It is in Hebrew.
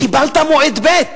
קיבלת מועד ב',